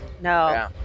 No